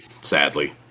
sadly